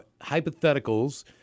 hypotheticals